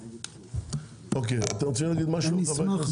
ברשותך,